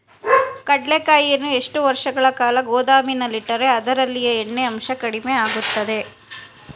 ಕಡ್ಲೆಕಾಯಿಯನ್ನು ಎಷ್ಟು ವರ್ಷಗಳ ಕಾಲ ಗೋದಾಮಿನಲ್ಲಿಟ್ಟರೆ ಅದರಲ್ಲಿಯ ಎಣ್ಣೆ ಅಂಶ ಕಡಿಮೆ ಆಗುತ್ತದೆ?